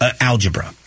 algebra